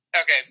Okay